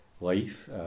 life